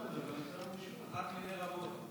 אחת מני רבות.